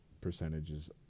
percentages